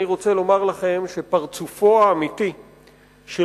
אני רוצה לומר לכם שפרצופו האמיתי של